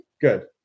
good